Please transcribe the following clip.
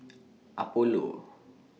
Apollo